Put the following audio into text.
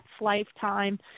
lifetime